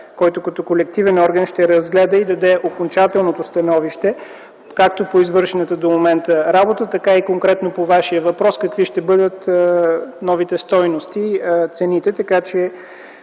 който като колективен орган ще разгледа и даде окончателното становище както по извършената до момента работа, така и конкретно по Вашия въпрос – какви ще бъдат новите стойности, цените.